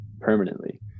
permanently